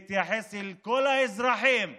להתייחס אל כל האזרחים כולם,